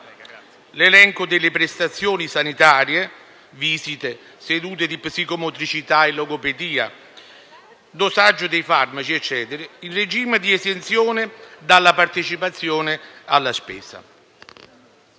l'elenco delle prestazioni sanitarie (visite, sedute di psicomotricità e logopedia, dosaggio di farmaci) in regime di esenzione dalla partecipazione alla spesa.